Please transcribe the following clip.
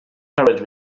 covered